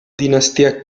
dinastia